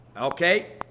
okay